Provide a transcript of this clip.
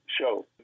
show